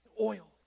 oil